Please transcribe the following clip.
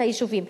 את היישובים,